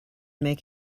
make